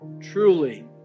truly